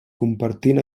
compartint